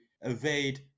evade